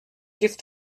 give